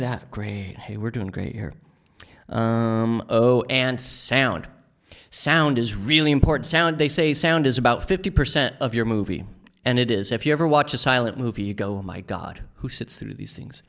that green hey we're doing great here and sound sound is really important sound they say sound is about fifty percent of your movie and it is if you ever watch a silent movie you go my god who sits through these things